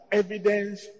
evidence